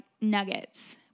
nuggets